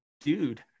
dude